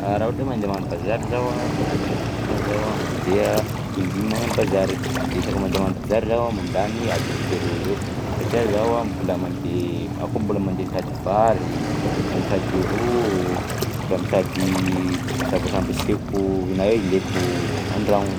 Raha ohatra hoe mandeha magnano bazary zaho agnatin'ny ray volana zaho a mandeha indimy magnano bazary de isaka mandeha magnano bazary zaho a mandany adiny telo eo hoe eo satria zaho a mbola mandeha aho koa mbola mandeha mitady vary, mbola mitady ro, mbola mitady zavatra ampiasaiko na ilaiko, an-dragno.